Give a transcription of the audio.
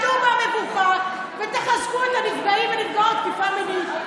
תימנעו מהמבוכה ותחזקו את הנפגעים והנפגעות מתקיפה מינית.